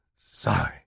Sorry